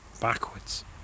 backwards